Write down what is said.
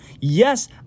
Yes